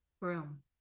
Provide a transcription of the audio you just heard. room